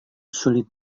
sulit